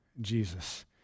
Jesus